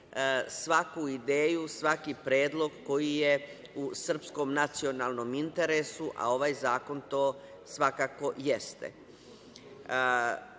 svaku ideju, svaki predlog koji je u srpskom nacionalnom interesu, a ovaj zakon to svakako jeste. Mi